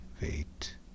wait